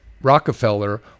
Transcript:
Rockefeller